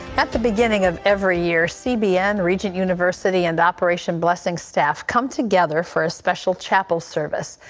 at the beginning of every year, cbn, regent university, and operation blessing staff come together for a special chapel service.